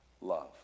love